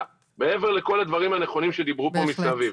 מעבר לכל הדברים הנכונים שדיברו פה מסביב.